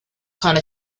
kind